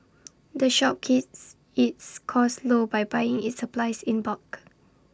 the shop keeps its costs low by buying its supplies in bulk